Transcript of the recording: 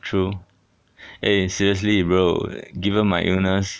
true eh seriously you will given my illness